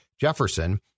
Jefferson